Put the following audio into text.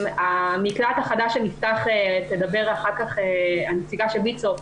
המקלט החדש שנפתח, ותדבר אחר כך הנציגה של ויצ"ו,